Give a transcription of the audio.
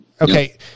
Okay